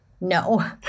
No